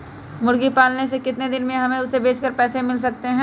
मुर्गी पालने से कितने दिन में हमें उसे बेचकर पैसे मिल सकते हैं?